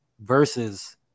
versus